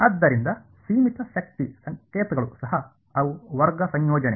ಆದ್ದರಿಂದ ಸೀಮಿತ ಶಕ್ತಿ ಸಂಕೇತಗಳು ಸಹ ಅವು ವರ್ಗ ಸಂಯೋಜನೆ